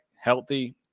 healthy